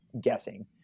guessing